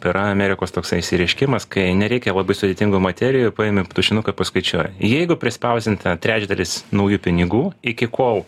yra amerikos toksai išsireiškimas kai nereikia labai sudėtingų materijų paimi tušinuką paskaičiuoji jeigu prispausdinta trečdalis naujų pinigų iki kol